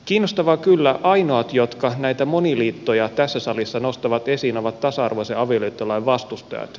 kiinnostavaa kyllä ainoat jotka näitä moniliittoja tässä salissa nostavat esiin ovat tasa arvoisen avioliittolain vastustajat